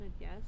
yes